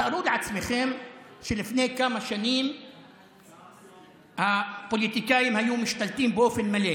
תארו לעצמכם שלפני כמה שנים הפוליטיקאים היו משתלטים באופן מלא,